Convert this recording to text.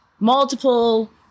Multiple